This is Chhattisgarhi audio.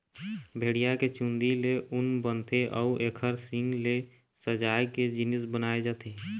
भेड़िया के चूंदी ले ऊन बनथे अउ एखर सींग ले सजाए के जिनिस बनाए जाथे